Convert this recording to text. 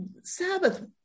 Sabbath